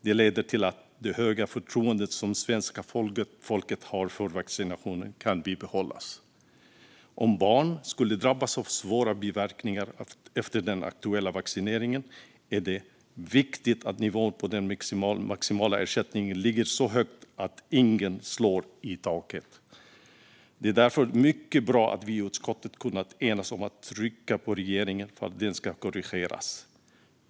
Det leder till att det höga förtroende som svenska folket har för vaccinationer kan bibehållas. Om barn skulle drabbas av svåra biverkningar efter den aktuella vaccineringen är det viktigt att nivån på den maximala ersättningen ligger så högt att ingen slår i taket. Det är därför mycket bra att vi i utskottet kunnat enas om att trycka på regeringen för att den ska korrigeras.